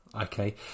okay